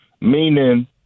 meaning